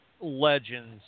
legends